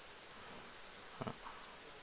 uh